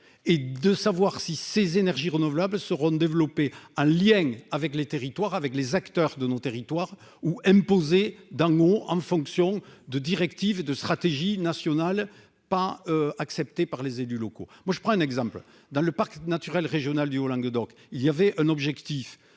est de savoir si ces énergies renouvelables ce développer un lien avec les territoires avec les acteurs de nos territoires ou dans mon en fonction de directives de stratégie nationale pas accepté par les élus locaux, moi je prends un exemple dans le parc naturel régional du Haut Languedoc, il y avait un objectif